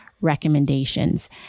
recommendations